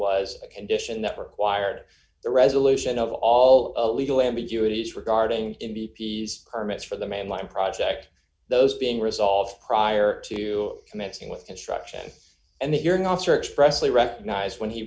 was a condition that required the resolution of all legal ambiguities regarding the permits for the mainline project those being resolved prior to commencing with construction and that you're not searched presley recognized when he